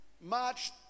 March